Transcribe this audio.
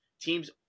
Teams